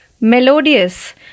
Melodious